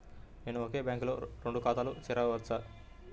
నేను ఒకే బ్యాంకులో రెండు ఖాతాలు తెరవవచ్చా?